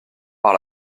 par